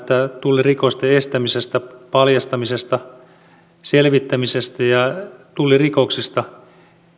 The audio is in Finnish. tullirikosten estämisestä paljastamisesta ja selvittämisestä sekä tullirikoksista